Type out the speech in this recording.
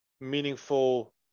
meaningful